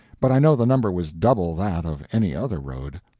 but i know the number was double that of any other road.